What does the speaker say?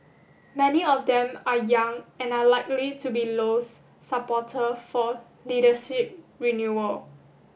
many of them are young and are likely to be Low's supporter for leadership renewal